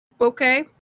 Okay